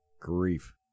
grief